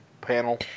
panel